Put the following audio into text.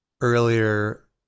earlier